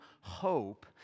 hope